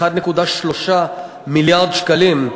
1.3 מיליארד שקלים,